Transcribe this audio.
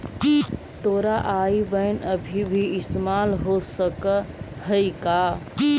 तोरा IBAN अभी भी इस्तेमाल हो सकऽ हई का?